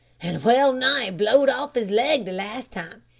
and well-nigh blowed off his leg the last time,